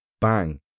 Bang